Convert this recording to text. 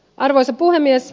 arvoisa puhemies